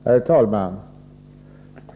Herr talman!